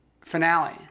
finale